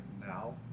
now